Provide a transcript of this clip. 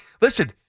Listen